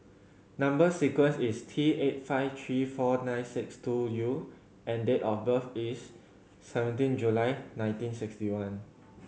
number sequence is T eight five three four nine six two U and date of birth is seventeen July nineteen sixty one